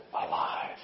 alive